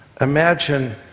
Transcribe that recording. Imagine